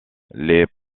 les